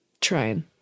trying